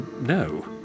no